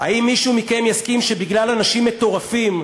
האם מישהו מכם יסכים שבגלל אנשים מטורפים,